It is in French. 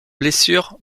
blessures